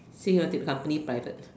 sing until company private